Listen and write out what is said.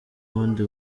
bundi